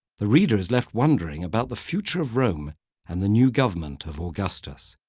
the reader is left wondering about the future of rome and the new government of augustus.